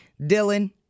Dylan